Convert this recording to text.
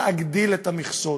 להגדיל את המכסות,